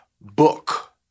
book